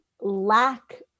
lack